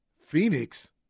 Phoenix